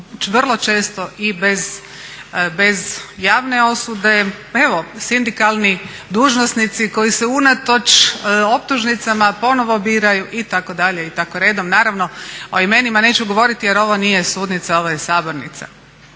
vrlo često i bez javne osude, pa evo sindikalni dužnosnici koji se unatoč optužnicama ponovno biraju itd. i tako redom. Naravno o imenima neću govoriti jer ovo nije sudnica ovo je sabornica.